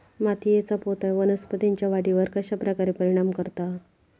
मातीएचा पोत वनस्पतींएच्या वाढीवर कश्या प्रकारे परिणाम करता?